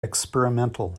experimental